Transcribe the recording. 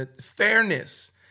Fairness